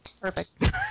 Perfect